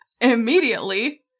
immediately